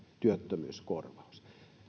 työttömyyskorvaus